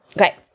okay